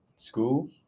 school